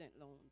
loans